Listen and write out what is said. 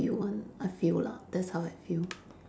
to you [one] I feel lah that's how I feel